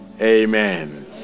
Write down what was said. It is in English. amen